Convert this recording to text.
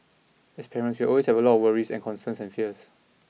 as parents we will always have a lot of worries and concerns and fears